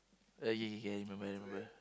oh K K K I remember I remember